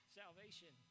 salvation